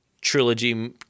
trilogy